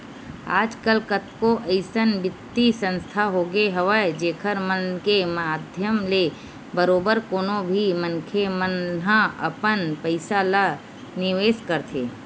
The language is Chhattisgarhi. आजकल कतको अइसन बित्तीय संस्था होगे हवय जेखर मन के माधियम ले बरोबर कोनो भी मनखे मन ह अपन पइसा ल निवेस करथे